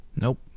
Nope